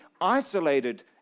isolated